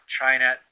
China